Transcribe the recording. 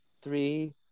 three